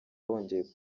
hongeye